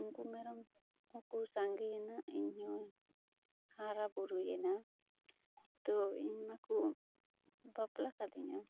ᱩᱱᱠᱚ ᱢᱮᱨᱚᱢ ᱜᱮᱠᱚ ᱥᱟᱸᱜᱮᱭᱮᱱᱟ ᱤᱧᱦᱚᱧ ᱦᱟᱨᱟ ᱵᱩᱨᱩᱭᱮᱱᱟ ᱛᱳ ᱤᱧᱦᱚᱸ ᱠᱚ ᱵᱟᱯᱞᱟ ᱠᱟᱫᱤᱧᱟ